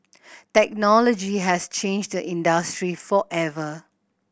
technology has changed the industry forever